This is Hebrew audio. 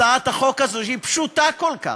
הצעת החוק הזו פשוטה כל כך.